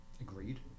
Agreed